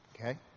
Okay